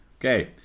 Okay